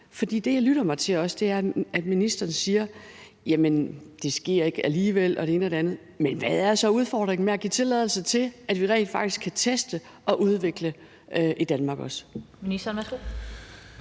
For det, jeg også lytter mig til, er, at ministeren siger: Jamen det sker ikke alligevel og det ene og det andet. Men hvad er så udfordringen med at give tilladelse til, at vi rent faktisk kan teste og udvikle det i Danmark også?